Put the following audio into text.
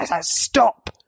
stop